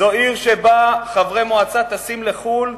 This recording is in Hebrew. זו עיר שבה חברי מועצה טסים לחו"ל